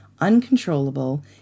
Uncontrollable